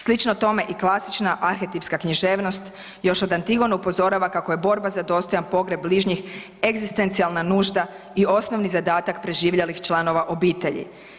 Slično tome i klasična arhetipska književnost još od Antigone upozorava kako je borba za dostojan pogreb bližnjih egzistencijalna nužda i osnovni zadatak preživjelih članova obitelji.